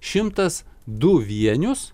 šimtas du vienius